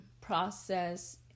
process